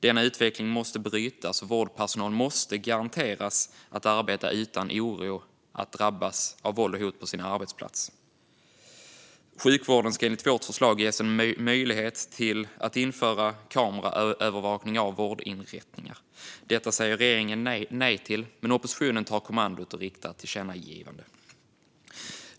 Denna utveckling måste brytas, och vårdpersonal måste garanteras att de kan arbeta utan oro över att drabbas av våld och hot på sin arbetsplats. Sjukvården ska enligt vårt förslag ges en möjlighet att införa kameraövervakning av vårdinrättningar. Detta säger regeringen nej till, men oppositionen tar kommandot och riktar ett tillkännagivande.